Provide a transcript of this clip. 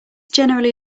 generally